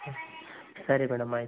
ಸರಿ ಮೇಡಮ್ ಆಯಿತು